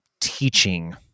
teaching